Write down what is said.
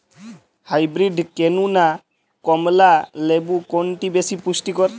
Hybrid কেনু না কমলা লেবু কোনটি বেশি পুষ্টিকর?